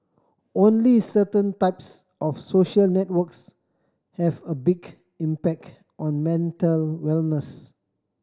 only certain types of social networks have a big impact on mental wellness